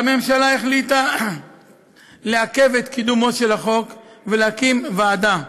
הממשלה החליטה לעכב את קידומו של החוק ולהקים ועדה.